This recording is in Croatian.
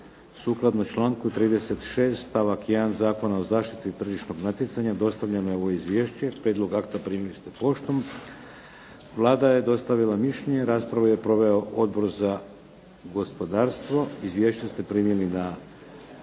Sukladno članku 36. stavak 1. Zakona o zaštiti tržišnog natjecanja dostavljeno je ovo Izvješće, prijedlog akta primili ste poštom. Vlada je dostavila mišljenje, raspravu je proveo Odbor za gospodarstvo, izvješće ste primili na